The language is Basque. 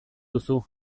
duzu